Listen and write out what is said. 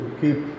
keep